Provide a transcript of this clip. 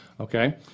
Okay